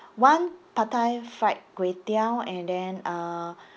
one pad thai fried kway teow and then uh